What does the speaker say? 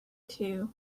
two